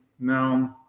no